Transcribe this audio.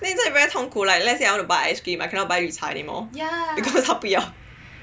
then is it like very 痛苦 like let's say I want to buy ice cream I cannot buy 绿茶 anymore cause 他不要